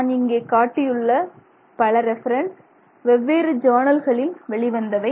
நான் இங்கே காட்டியுள்ள பல ரெபெரன்ஸ் வெவ்வேறு ஜேர்ணல்களில் வெளி வந்தவை